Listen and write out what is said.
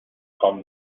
خوام